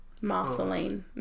Marceline